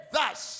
Thus